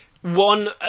one